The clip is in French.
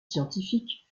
scientifiques